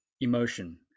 emotion